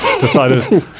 decided